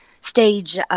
stage